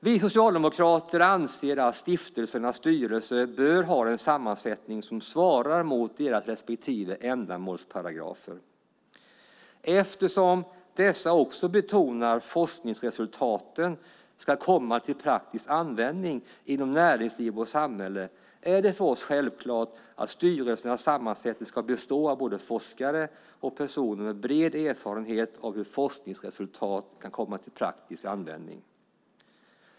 Vi socialdemokrater anser att stiftelsernas styrelser bör ha en sammansättning som svarar mot deras respektive ändamålsparagrafer. Eftersom dessa också betonar att forskningsresultaten ska komma till praktisk användning inom näringsliv och samhälle är det för oss självklart att styrelsernas sammansättning ska bestå av både forskare och personer med bred erfarenhet av hur forskningsresultat kan komma till praktisk användning.